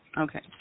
Okay